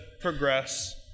progress